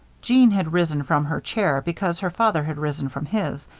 jeanne had risen from her chair because her father had risen from his.